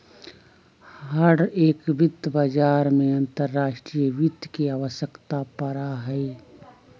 हर एक वित्त बाजार में अंतर्राष्ट्रीय वित्त के आवश्यकता पड़ा हई